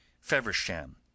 Feversham